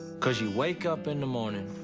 cause you wake up in the morning,